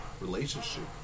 relationship